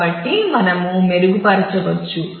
కాబట్టి మనము మెరుగుపరచవచ్చు